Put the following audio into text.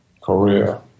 Korea